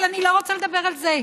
אבל אני לא רוצה לדבר על זה.